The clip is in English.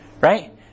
right